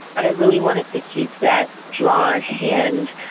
but i really wanted to keep that drawn hand,